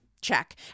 check